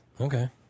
Okay